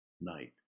night